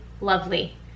Lovely